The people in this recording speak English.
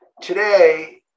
today